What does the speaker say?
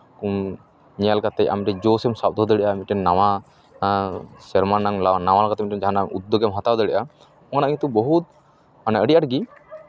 ᱧᱮᱞ ᱠᱟᱛᱮᱜ ᱟᱢ ᱢᱤᱫᱴᱮᱱ ᱡᱳᱥ ᱮᱢ ᱥᱟᱵ ᱫᱚᱦᱚ ᱫᱟᱲᱮᱭᱟᱜᱼᱟ ᱢᱤᱫᱴᱮᱱ ᱱᱟᱣᱟ ᱥᱮᱨᱢᱟ ᱨᱮᱱᱟᱝ ᱱᱟᱣᱟ ᱠᱟᱛᱮᱫ ᱢᱤᱫᱴᱮᱱ ᱡᱟᱦᱟᱱᱟᱜ ᱩᱫᱽᱫᱳᱜᱽ ᱮᱢ ᱦᱟᱛᱟᱣ ᱫᱟᱲᱮᱭᱟᱜᱼᱟ ᱚᱱᱟ ᱠᱤᱱᱛᱩ ᱵᱚᱦᱩᱫ ᱢᱟᱱᱮ ᱟᱹᱰᱤ ᱟᱸᱴ ᱜᱮ